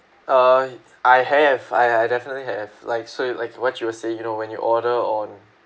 uh I have I I definitely have like so like what you were saying you know when you order on